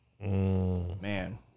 Man